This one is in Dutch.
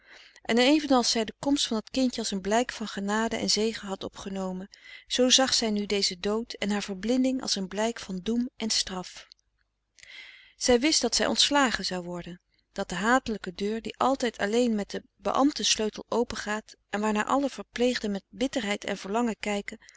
en evenals zij de komst van dat kindje als een blijk van genade en zegen had opgenomen zoo zag zij nu dezen dood frederik van eeden van de koele meren des doods en haar verblinding als een blijk van doem en straf zij wist dat zij ontslagen zou worden dat de hatelijke deur die altijd alleen met den beambten sleutel open gaat en waarnaar alle verpleegden met bitterheid en verlangen kijken